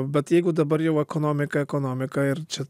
bet jeigu dabar jau ekonomika ekonomika ir čia